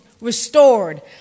Restored